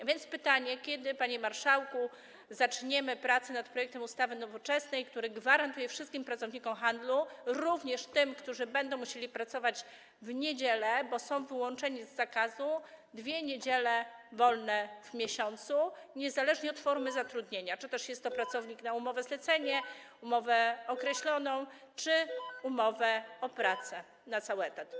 A więc pytanie, kiedy, panie marszałku, zaczniemy prace nad projektem ustawy Nowoczesnej, który gwarantuje wszystkim pracownikom handlu, również tym, którzy będą musieli pracować w niedziele, bo są wyłączeni z zakazu, dwie niedziele wolne w miesiącu niezależnie od formy zatrudnienia - czy jest to pracownik na umowie zlecenia, umowie na czas określony czy umowie o pracę na cały etat.